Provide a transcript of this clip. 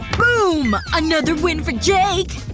boom! another win for jake!